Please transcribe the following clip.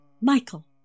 Michael